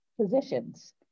positions